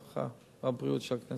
הרווחה והבריאות של הכנסת.